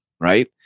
Right